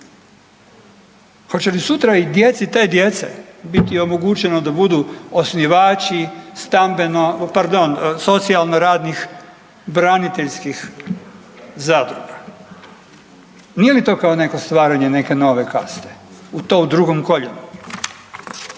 Hoće li sutra i djeci te djece biti omogućeno da budu osnivači socijalno-radnih braniteljskih zadruga? Nije li to kao neko stvaranje neke nove kaste? I to u drugom koljenu.